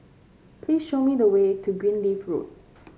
please show me the way to Greenleaf Road